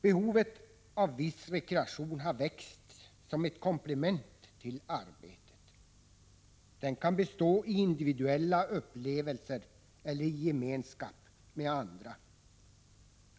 Behovet av viss rekreation har växt som ett komplement till arbetet. Den kan bestå i individuella upplevelser eller gemenskap med andra.